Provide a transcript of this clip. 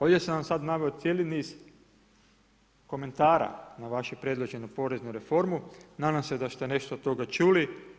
Ovdje sam vam sada naveo cijeli niz komentara, na vašu predloženu poreznu reformu, nadam se da ste nešto od toga čuli.